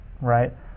right